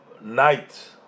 night